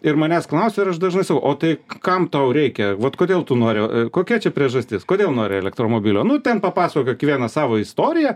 ir manęs klausia ar aš dažnai sakau o tai kam tau reikia vat kodėl tu nori kokia čia priežastis kodėl nori elektromobilio nu ten papasakoja kiekvienas savo istoriją